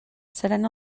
seran